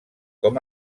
com